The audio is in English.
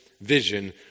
vision